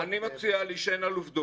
צר לי, אני מציע להישען על עובדות.